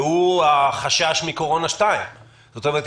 והוא החשש מקורונה 2. זאת אומרת,